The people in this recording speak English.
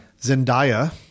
Zendaya